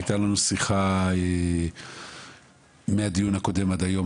הייתה לנו שיחה מהדיון הקודם עד היום,